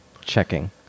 checking